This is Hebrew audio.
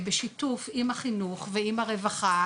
בשיתוף עם החינוך ועם הרווחה,